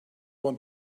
want